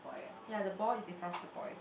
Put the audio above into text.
ya the ball is in front of the boy